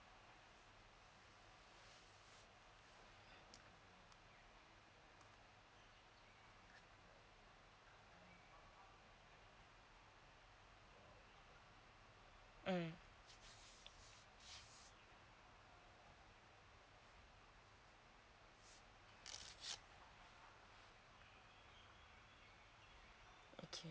mm okay